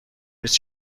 نیست